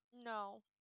No